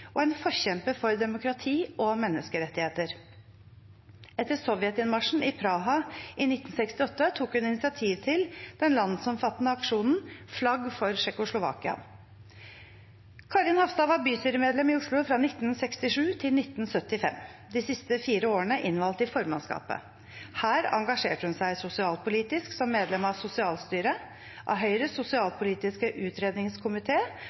og en forkjemper for demokrati og menneskerettigheter. Etter Sovjet-innmarsjen i Praha i 1968 tok hun initiativ til den landsomfattende aksjonen «Flagg for Tsjekkoslovakia». Karin Hafstad var bystyremedlem i Oslo fra 1967 til 1975, de siste fire årene innvalgt i formannskapet. Her engasjerte hun seg sosialpolitisk, som medlem av sosialstyret, av Høyres